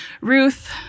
Ruth